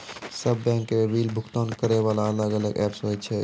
सब बैंक के बिल भुगतान करे वाला अलग अलग ऐप्स होय छै यो?